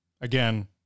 Again